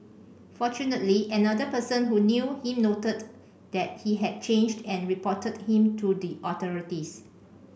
fortunately another person who knew him noted that he had changed and reported him to the authorities